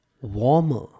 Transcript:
warmer